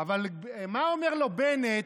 אבל מה אומר לו בנט,